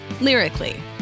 lyrically